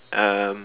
um